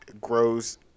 grows